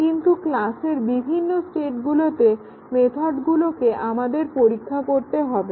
কিন্তু ক্লাসের বিভিন্ন স্টেটগুলোতে মেথডগুলোকে আমাদের পরীক্ষা করতে হবে